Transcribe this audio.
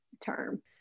term